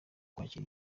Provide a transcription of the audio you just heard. kwakira